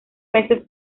veces